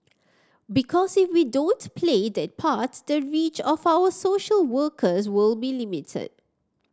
because if we don't play that part the reach of our social workers will be limited